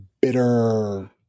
bitter